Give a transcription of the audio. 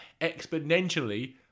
exponentially